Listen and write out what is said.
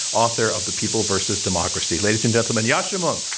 author of the people versus democracy. ladies and gentlemen, yascha mounk.